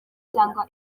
cyangwa